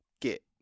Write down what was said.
get